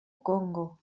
congo